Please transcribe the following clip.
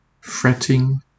Fretting